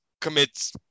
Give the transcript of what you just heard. commits